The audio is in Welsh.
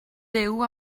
fyw